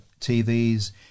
TV's